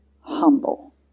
humble